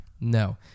No